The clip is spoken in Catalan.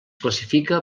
classifica